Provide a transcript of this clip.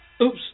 Oops